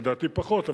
לדעתי פחות,